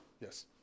Yes